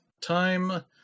time